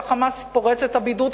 וה"חמאס" פורץ את הבידוד,